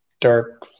dark